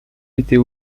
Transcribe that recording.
était